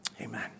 Amen